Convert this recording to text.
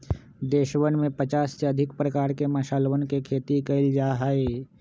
देशवन में पचास से अधिक प्रकार के मसालवन के खेती कइल जा हई